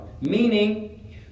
Meaning